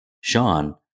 Sean